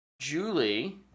Julie